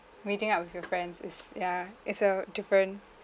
meeting out with your friends is ya it's a different